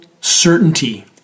certainty